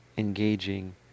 engaging